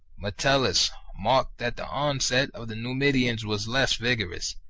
metellus marked that the onset of the numidians was less vigorous,